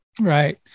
right